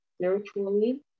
spiritually